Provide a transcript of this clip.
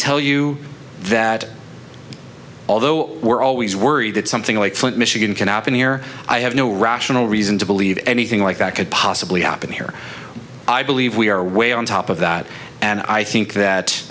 tell you that although we're always worried that something like flint michigan can happen here i have no rational reason to believe anything like that could possibly happen here i believe we are way on top of that and i think